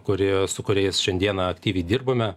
kuri su kuriais šiandien aktyviai dirbame